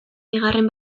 bigarren